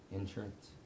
insurance